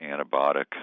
antibiotic